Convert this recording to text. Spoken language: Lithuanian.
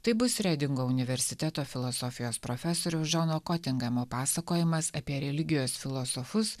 tai bus redingo universiteto filosofijos profesoriaus džono kotingamo pasakojimas apie religijos filosofus